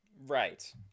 Right